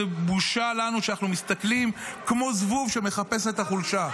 זו בושה לנו שאנחנו מסתכלים כמו זבוב שמחפש את החולשה.